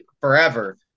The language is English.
forever